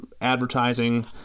Advertising